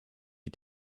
you